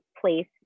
place